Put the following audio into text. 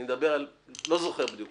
אני מדבר על אני לא זוכר בדיוק,